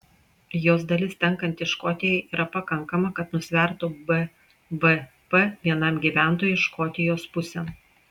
jos dalis tenkanti škotijai yra pakankama kad nusvertų bvp vienam gyventojui škotijos pusėn